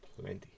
plenty